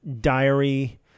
Diary